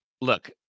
Look